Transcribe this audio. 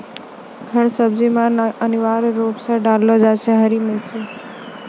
हर सब्जी मॅ अनिवार्य रूप सॅ डाललो जाय छै हरी मिर्च